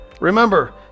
Remember